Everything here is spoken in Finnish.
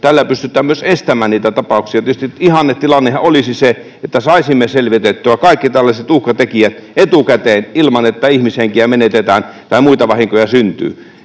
tällä pystytään myös estämään niitä tapauksia. Tietysti ihannetilannehan olisi se, että saisimme selvitettyä kaikki tällaiset uhkatekijät etukäteen ilman, että ihmishenkiä menetetään tai muita vahinkoja syntyy.